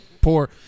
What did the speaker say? poor